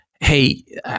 hey